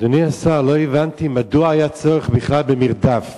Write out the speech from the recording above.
אדוני השר, לא הבנתי מדוע היה צורך בכלל במרדף